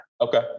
Okay